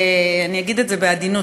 אני אגיד את זה בעדינות,